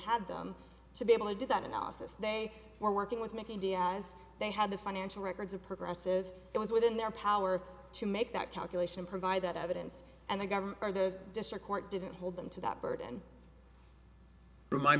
have them to be able to do that analysis they were working with making diaz they had the financial records of progresses it was within their power to make that calculation provide that evidence and the government or the district court didn't hold them to that burden remind